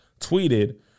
tweeted